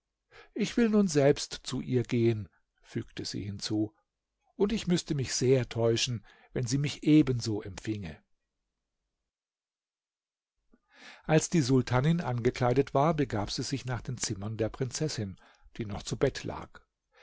ich will nun selbst zu ihr gehen fügte sie hinzu und ich müßte mich sehr täuschen wenn sie mich ebenso empfinge als die sultanin angekleidet war begab sie sich nach den zimmern der prinzessin die noch zu bett lag